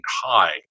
high